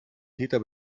täter